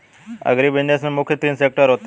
agribusiness में मुख्य तीन सेक्टर होते है